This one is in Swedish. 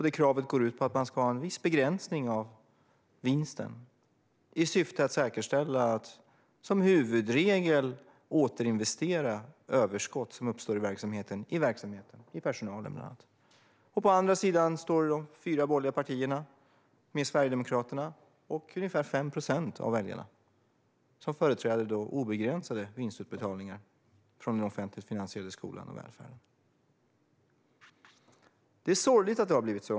Det kravet går ut på att man ska ha en viss begränsning av vinsten i syfte att säkerställa att man som huvudregel återinvesterar överskott - som uppstår i verksamheten - i verksamheten, bland annat i personalen. På andra sidan står de fyra borgerliga partierna, Sverigedemokraterna och ungefär 5 procent av väljarna. De företräder uppfattningen att det ska vara obegränsade vinstutbetalningar från den offentligt finansierade skolan och välfärden. Det är sorgligt att det har blivit så.